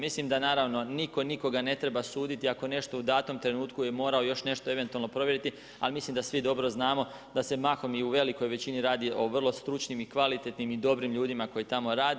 Mislim da naravno nitko nikoga ne treba suditi ako nešto u datom trenutku je morao još nešto eventualno provjeriti, ali mislim da svi dobro znamo da se mahom i u velikoj većini radi o vrlo stručnim i kvalitetnim i dobrim ljudima koji tamo rade.